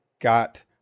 got